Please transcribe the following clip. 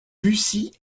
bucy